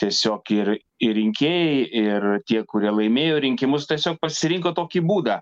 tiesiog ir ir rinkėjai ir tie kurie laimėjo rinkimus tiesiog pasirinko tokį būdą